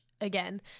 again